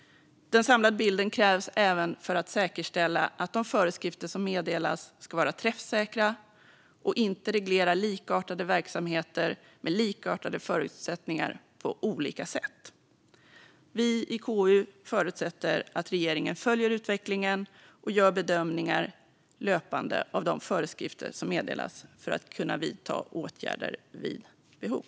Den samlade bilden krävs även för att säkerställa att de föreskrifter som meddelas är träffsäkra och att man inte reglerar likartade verksamheter med likartade förutsättningar på olika sätt. Vi i KU förutsätter att regeringen följer utvecklingen och löpande gör bedömningar av de föreskrifter som meddelats för att kunna vidta åtgärder vid behov.